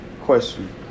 Question